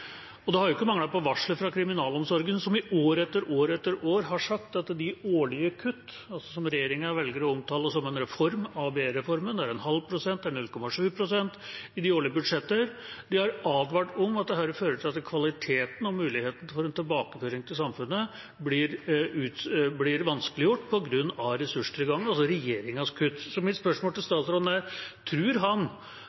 Det har ikke manglet på advarsler fra kriminalomsorgen, som i år etter år etter år har sagt at de årlige kutt – som regjeringa velger å omtale som en reform, ABE-reformen – på en halv prosent eller 0,7 pst. i de årlige budsjetter, fører til at kvaliteten og muligheten for en tilbakeføring til samfunnet blir vanskeliggjort på grunn av ressurstilgangen, altså regjeringas kutt. Mitt spørsmål til